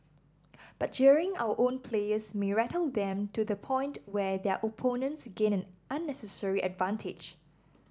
but jeering our own players may rattle them to the point where their opponents gain an unnecessary advantage